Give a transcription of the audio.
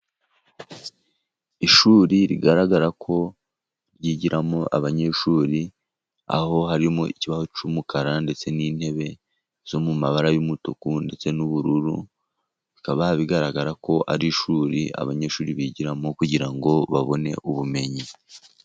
Ishuri rigaragara ko ryigiramo abanyeshuri, aho harimo ikibaho cy'umukara, ndetse n'intebe zo mu mabara y'umutuku ndetse n'ubururu, bikaba bigaragara ko ari ishuri abanyeshuri bigiramo, kugira ngo babone ubumenyi.